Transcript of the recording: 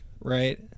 right